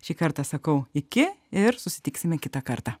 šį kartą sakau iki ir susitiksime kitą kartą